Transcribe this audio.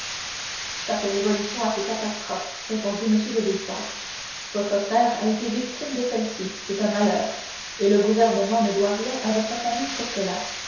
chaque révolution a ses catastrophes répondit m de villefort votre frère a été victime de celle-ci c'est un malheur et le gouvernement ne doit rien à votre famille pour cela